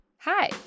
Hi